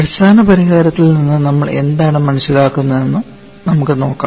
അടിസ്ഥാന പരിഹാരത്തിൽ നിന്ന് നമ്മൾ എന്താണ് മനസ്സിലാക്കുന്നതെന്ന് നമുക്ക് നോക്കാം